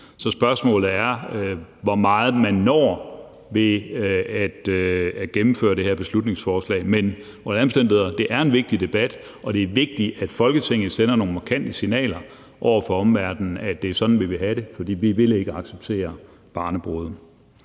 Så spørgsmålet er, hvor meget man når ved at gennemføre det her beslutningsforslag. Men under alle omstændigheder er det en vigtig debat, og det er vigtigt, at Folketinget sender nogle markante signaler over for omverdenen om, at det er sådan, vi vil have det, for vi vil ikke acceptere barnebrude.